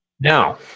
now